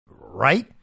right